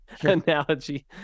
analogy